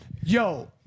yo